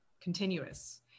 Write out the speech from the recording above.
continuous